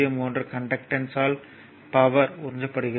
1 கண்டக்டன்ஸ்யால் பவர் உறிஞ்சப்படுகிறது